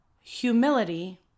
humility